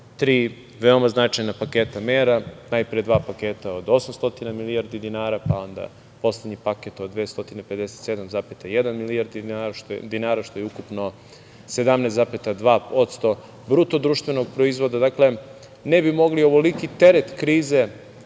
veoma značajna paketa mera, najpre dva paketa od 800 milijardi dinara, pa onda poslednji paket od 257,1 milijardi dinara, što je ukupno 17,2% BDP-a, dakle, ne bi mogli ovoliki teret krize